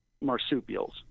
marsupials